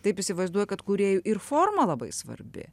taip įsivaizduoju kad kūrėjų ir forma labai svarbi